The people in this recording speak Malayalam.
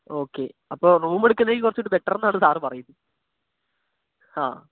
ഓക്കെ അപ്പോൾ റൂമെടുക്കുന്നതായിരിക്കും കുറച്ചുകൂടെ ബെറ്റര് എന്നാണ് സാറ് പറയുന്നത് ആ